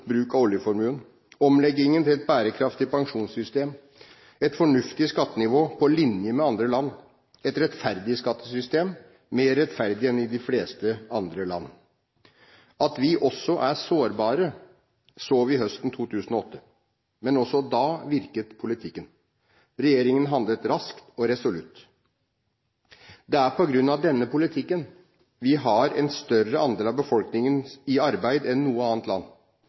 bruk av oljeformuen omleggingen til et bærekraftig pensjonssystem et fornuftig skattenivå – på linje med andre land et rettferdig skattesystem, mer rettferdig enn i de fleste andre land At vi også er sårbare, så vi høsten 2008. Men også da virket politikken. Regjeringen handlet raskt og resolutt. Det er på grunn av denne politikken vi har en større andel av befolkningen i arbeid enn noe annet land